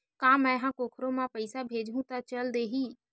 का मै ह कोखरो म पईसा भेजहु त चल देही?